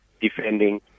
defending